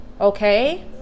Okay